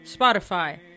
Spotify